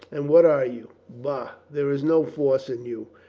and what are you? bah, there is no force in you.